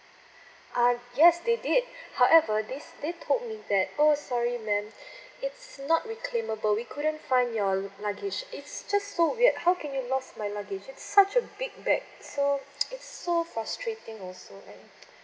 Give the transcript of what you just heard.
uh yes they did however they they told me that oh sorry ma'am it's not the reclaimable we couldn't find your luggage it's just so weird how can you lost my luggage it's such a big bag so it's so frustrating also